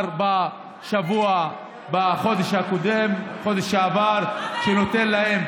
כבר בחודש הקודם, החודש שעבר, שנותן להם